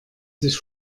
sich